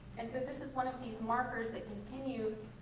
and so this is one of these markers that continues